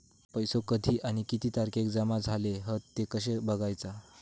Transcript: पैसो कधी आणि किती तारखेक जमा झाले हत ते कशे बगायचा?